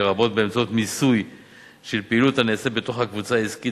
לרבות באמצעות מיסוי של פעילות הנעשית בתוך הקבוצה העסקית